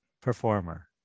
performer